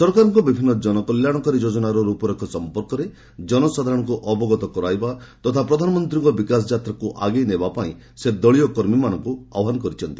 ସରକାରଙ୍କର ବିଭିନ୍ନ କନକଲ୍ୟାଶକାରୀ ଯୋଜନାର ରୂପରେଖ ସମ୍ପର୍କରେ ଜନସାଧାରଣଙ୍କ ଅବଗତ କରାଇବା ତଥା ପ୍ରଧାନମନ୍ତ୍ରୀଙ୍କ ବିକାଶ ଯାତ୍ରାକୁ ଆଗେଇ ନେବାପାଇଁ ସେ ଦଳୀୟ କର୍ମୀମାନଙ୍କୁ ଆହ୍ୱାନ କରିଛନ୍ତି